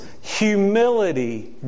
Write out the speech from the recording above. humility